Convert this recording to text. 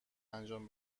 انجام